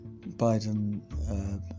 Biden